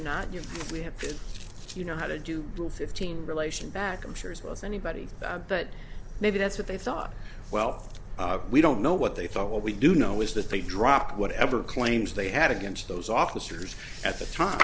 know we have to you know how to do two fifteen relation back i'm sure as well as anybody but maybe that's what they thought well we don't know what they thought what we do know is that they drop whatever claims they had against those officers at the time